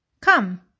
Come